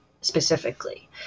specifically